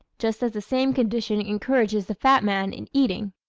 just as the same condition encourages the fat man in eating.